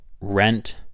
rent